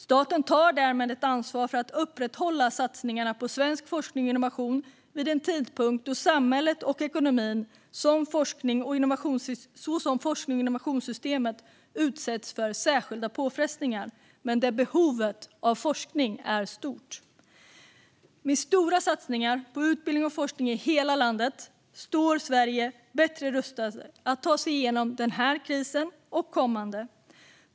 Staten tar därmed ett ansvar för att upprätthålla satsningarna på svensk forskning och innovation vid en tidpunkt då samhället och ekonomin liksom forsknings och innovationssystemet utsätts för särskilda påfrestningar då samtidigt behovet av forskning är stort. Med stora satsningar på utbildning och forskning i hela landet står Sverige bättre rustat att ta sig igenom denna och kommande kriser.